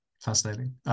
fascinating